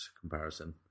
comparison